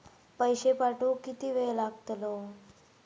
पैशे पाठवुक किती वेळ लागतलो?